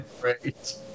great